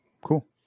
Cool